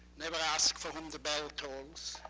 never ask for whom the bell tolls,